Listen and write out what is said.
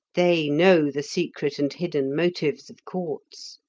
they know the secret and hidden motives of courts,